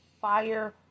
fire